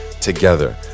together